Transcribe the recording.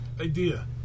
Idea